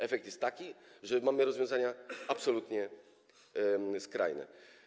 Efekt jest taki, że mamy rozwiązania absolutnie skrajne.